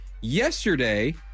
yesterday